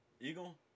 Eagle